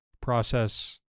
process